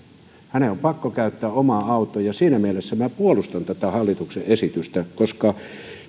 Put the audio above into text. hänen on pakko käyttää omaa autoa ja siinä mielessä minä puolustan tätä hallituksen esitystä koska